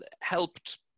helped